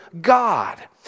God